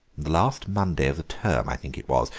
the last monday of the term i think it was,